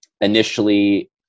Initially